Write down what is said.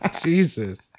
Jesus